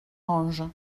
ange